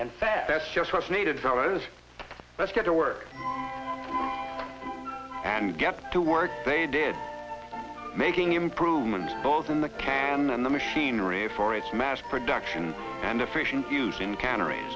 and fast that's just what's needed for others let's get to work and get to work they did making improvements both in the can and the machinery for its mass production and efficient use in canneri